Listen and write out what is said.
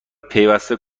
پیوسته